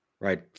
Right